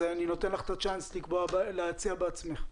אני נותן לך את האפשרות להציע תאריך בעצמך.